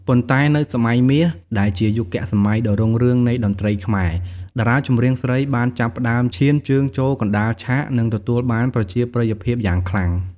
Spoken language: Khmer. ប៉ុន្តែនៅ សម័យមាស ដែលជាយុគសម័យដ៏រុងរឿងនៃតន្ត្រីខ្មែរ តារាចម្រៀងស្រីបានចាប់ផ្ដើមឈានជើងចូលកណ្ដាលឆាក និងទទួលបានប្រជាប្រិយភាពយ៉ាងខ្លាំង។